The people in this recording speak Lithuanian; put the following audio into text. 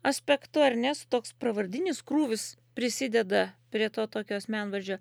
aspektu ar ne su toks pravardinis krūvis prisideda prie to tokio asmenvardžio